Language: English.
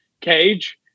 cage